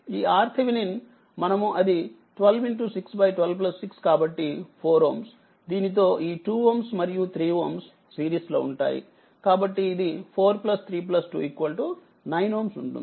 ఈ RThevenin మనముఅది 126 126 కాబట్టి 4Ω దీనితో ఈ2Ωమరియు3Ωసిరీస్లో ఉంటాయి కాబట్టిఇది 4 3 29 Ω ఉంటుంది